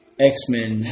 X-Men